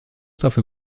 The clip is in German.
dafür